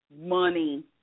money